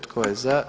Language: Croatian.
Tko je za?